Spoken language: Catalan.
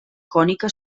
cònica